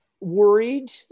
worried